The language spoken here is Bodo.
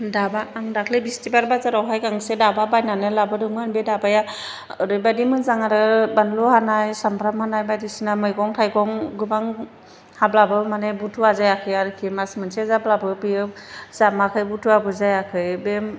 दाबा आं दाख्लै बिस्थिबार बाजारावहाय गांसे दाबा बायनानै लाबोदोंमोन बे दाबाया ओरैबादि मोजां आरो बानलु हानाय सामब्राम हानाय बायदिसिना मैगं थाइगं गोबां हाब्लाबो माने बुथुवा जायाखै आरोखि मास मोनसे जाब्लाबो बियो जामाखै बुथुवाबो जायाखै बे